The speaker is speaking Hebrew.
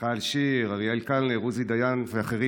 מיכל שיר, אריאל קלנר, עוזי דיין ואחרים.